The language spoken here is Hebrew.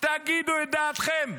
תגידו את דעתכם.